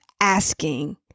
asking